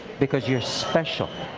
because you're special.